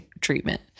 treatment